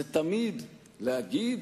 זה תמיד להגיד,